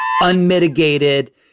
unmitigated